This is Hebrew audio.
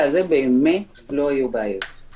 זאת אומרת, ברגע שהמכשור